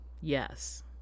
Yes